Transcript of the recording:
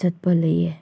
ꯆꯠꯄ ꯂꯩꯌꯦ